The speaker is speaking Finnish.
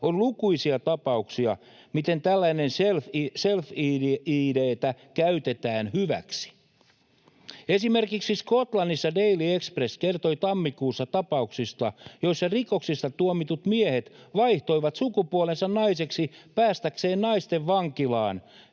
on lukuisia tapauksia, miten tällaista self-ID:tä käytetään hyväksi. Esimerkiksi Skotlannissa Daily Express kertoi tammikuussa tapauksista, joissa rikoksista tuomitut miehet vaihtoivat sukupuolensa naiseksi päästäkseen naisten vankilaan